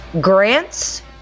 grants